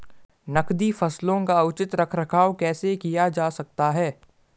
नकदी फसलों का उचित रख रखाव कैसे किया जा सकता है?